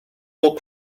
will